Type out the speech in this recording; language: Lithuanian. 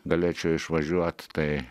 galėčiau išvažiuot tai